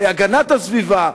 הגנת הסביבה,